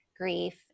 grief